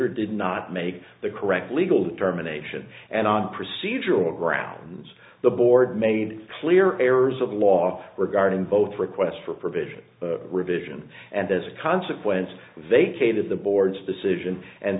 or did not make the correct legal determination and on procedural grounds the board made clear errors of law regarding both requests for provision revision and as a consequence vacated the board's decision and